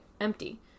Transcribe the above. empty